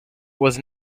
was